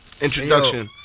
introduction